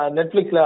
Netflix